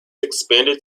expanded